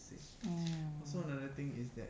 mm